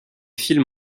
films